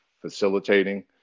facilitating